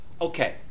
Okay